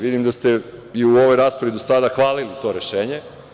Vidim da ste i u ovoj raspravi do sada hvalili to rešenje.